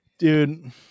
Dude